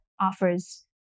offers